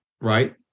right